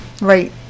Right